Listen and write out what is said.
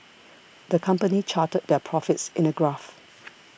the company charted their profits in a graph